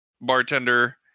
bartender